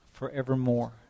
forevermore